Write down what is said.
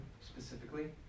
specifically